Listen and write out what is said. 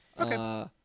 Okay